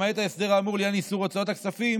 למעט ההסדר האמור לעניין איסור הוצאת הכספים,